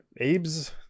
abe's